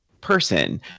person